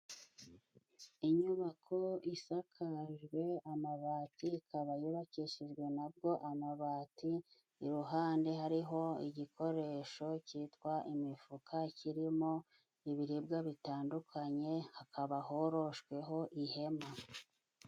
Inyubako isakajwe amabati ikaba yubakishijwe na bwo amabati iruhande hariho igikoresho cyitwa imifuka kirimo ibiribwa bitandukanye hakaba horoshweweho ihema.